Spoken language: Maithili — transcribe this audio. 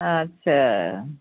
अच्छा